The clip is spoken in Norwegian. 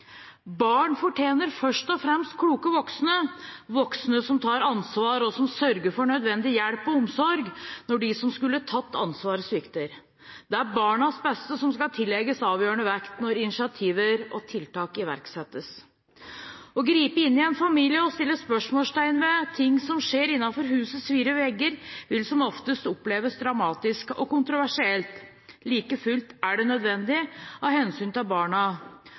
Barn fortjener først og fremst kloke voksne, voksne som tar ansvar, og som sørger for nødvendig hjelp og omsorg når de som skulle tatt ansvar, svikter. Det er barnas beste som skal tillegges avgjørende vekt når initiativ og tiltak iverksettes. Å gripe inn i en familie og sette spørsmålstegn ved ting som skjer innenfor husets fire vegger, vil som oftest oppleves dramatisk og kontroversielt. Like fullt er det nødvendig av hensyn til barna,